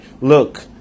Look